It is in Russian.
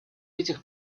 этих